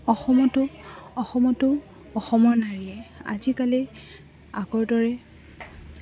অসমতো অসমতো অসমৰ নাৰীয়ে আজিকালি আগৰ দৰে